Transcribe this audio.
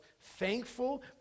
thankful